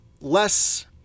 less